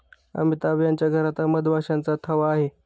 अमिताभ यांच्या घरात मधमाशांचा थवा आहे